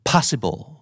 Possible